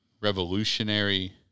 revolutionary